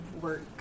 work